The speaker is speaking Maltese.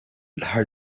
aħħar